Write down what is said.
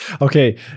Okay